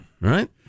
Right